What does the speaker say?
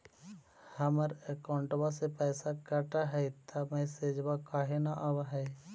हमर अकौंटवा से पैसा कट हई त मैसेजवा काहे न आव है?